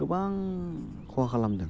गोबां खहा खालामदों